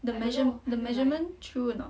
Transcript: the measure~ the measurement true or not